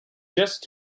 just